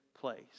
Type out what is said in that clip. place